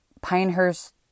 Pinehurst